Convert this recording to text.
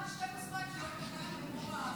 תיקח כוס מים, שלא ייתקע לך בגרון.